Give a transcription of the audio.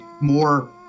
more